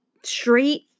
straight